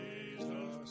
Jesus